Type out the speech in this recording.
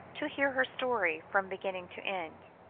to hear her story, from beginning to end.